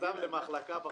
אם זה ייפול זה